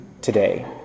today